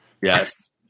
Yes